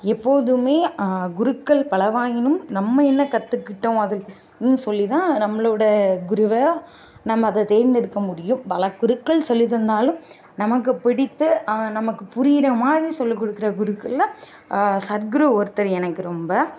எப்போதுமே குருக்கள் பலவாயினும் நம்ம என்ன கற்றுக்கிட்டோம் அது சொல்லி தான் நம்மளோட குருவை நம்ம அதை தேர்ந்தெடுக்க முடியும் பலக்குருக்கள் சொல்லித்தந்தாலும் நமக்கு பிடித்து நமக்கு புரிகிற மாதிரி சொல்லிக் கொடுக்குற குருக்களில் சத்குரு ஒருத்தர் எனக்கு ரொம்ப